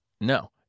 No